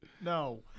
No